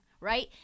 right